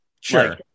Sure